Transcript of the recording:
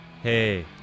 Hey